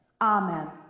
Amen